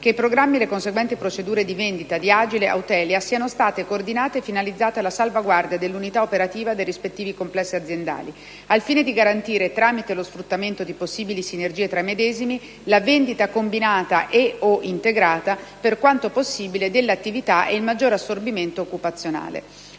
che i programmi e le conseguenti procedure di vendita di Agile e Eutelia siano coordinate e finalizzate alla salvaguardia dell'unità operativa dei rispettivi complessi aziendali al fine di garantire, tramite lo sfruttamento di possibili sinergie tra i medesimi, la vendita combinata e/o integrata, per quanto possibile, delle attività e il maggior assorbimento occupazionale.